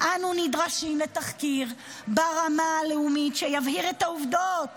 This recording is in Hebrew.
"אנו נדרשים לתחקיר ברמה הלאומית שיבהיר את העובדות